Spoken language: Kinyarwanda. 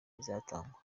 bizatangwa